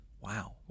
Wow